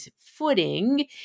footing